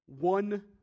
one